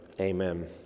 Amen